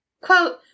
Quote